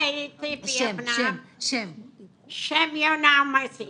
השם יונה עמוסי.